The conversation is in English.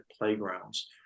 playgrounds